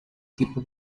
tipo